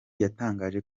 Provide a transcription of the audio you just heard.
yatangaje